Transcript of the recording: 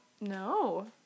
No